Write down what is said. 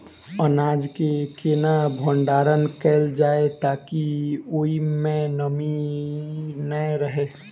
अनाज केँ केना भण्डारण कैल जाए ताकि ओई मै नमी नै रहै?